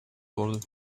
worden